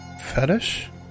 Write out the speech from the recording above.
fetish